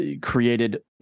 created